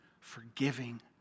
forgiving